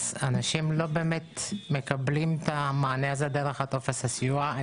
אנשים לא באמת מקבלים את המענה הזה דרך טופס הסיוע.